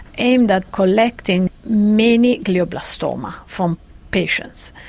aimed at collecting many glioblastoma from patients.